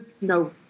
no